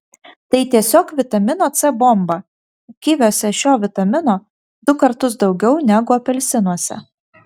tai tiesiog vitamino c bomba kiviuose šio vitamino du kartus daugiau negu apelsinuose